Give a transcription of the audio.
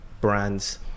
brands